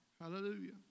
Hallelujah